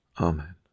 Amen